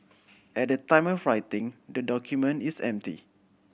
at the time of writing the document is empty